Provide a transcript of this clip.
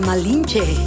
malinche